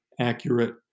accurate